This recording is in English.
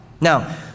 Now